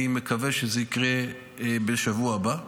אני מקווה שזה יקרה בשבוע הבא,